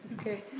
Okay